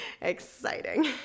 exciting